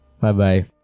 Bye-bye